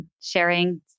sharing